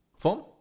Form